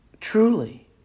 truly